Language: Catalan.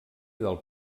del